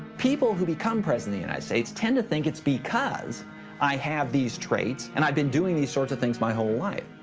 people who become president of the united states tend to think it's because i have these traits and i've been doing these sorts of things my whole life.